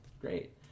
Great